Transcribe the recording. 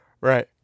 Right